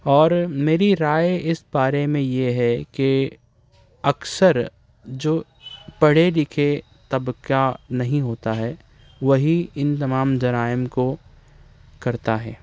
اور میری رائے اس بارے میں یہ ہے کہ اکثر جو پڑھے لکھے طبقہ نہیں ہوتا ہے وہی ان تمام جرائم کو کرتا ہے